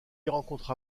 rencontra